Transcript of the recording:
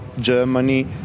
Germany